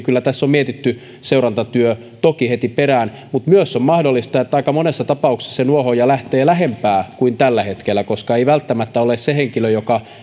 kyllä tässä on mietitty seurantatyö toki heti perään mutta myös on mahdollista että aika monessa tapauksessa se nuohooja lähtee lähempää kuin tällä hetkellä koska hän ei välttämättä ole se henkilö joka